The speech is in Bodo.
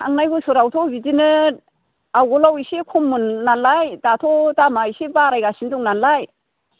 थांनाय बोसोरावथ' बिदिनो आवगोलाव इसे खममोन नालाय दाथ' दामा एसे बारायगासिनो दं नालाय